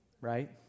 right